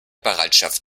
bereitschaft